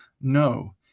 No